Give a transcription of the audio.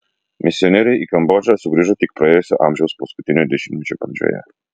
misionieriai į kambodžą sugrįžo tik praėjusio amžiaus paskutinio dešimtmečio pradžioje